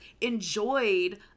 enjoyed